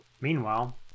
Meanwhile